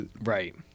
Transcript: right